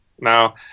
Now